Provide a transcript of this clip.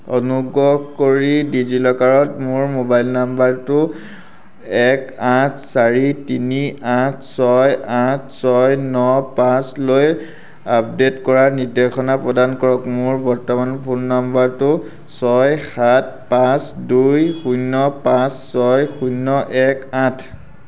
অনুগ্ৰহ কৰি ডিজিলকাৰত মোৰ মোবাইল নাম্বাৰটো এক আঠ চাৰি তিনি আঠ ছয় আঠ ছয় ন পাঁচলৈ আপডেট কৰাৰ নিৰ্দেশনা প্ৰদান কৰক মোৰ বৰ্তমানৰ ফোন নাম্বাৰটো ছয় সাত পাঁচ দুই শূন্য পাঁচ ছয় শূন্য এক আঠ